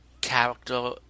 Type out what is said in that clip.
character